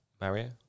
Mario